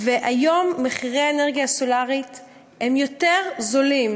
וכיום מחירי האנרגיה הסולרית הם יותר נמוכים,